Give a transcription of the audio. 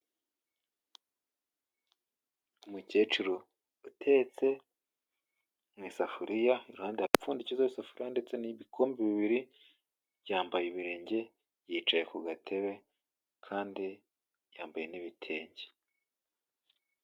Umukecuru utetse mu isafuriya iruhande hari umupfundikizo w'safura ndetse n'ibikombe bibiri yambaye ibirenge yicaye ku gatebe kandi yambaye n'ibitenge.